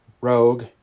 Rogue